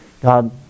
God